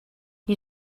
you